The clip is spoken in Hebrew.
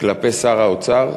כלפי שר האוצר,